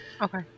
Okay